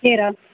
ਘੇਰਾ